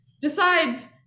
decides